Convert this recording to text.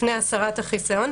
לפני הסרת החיסיון.